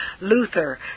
Luther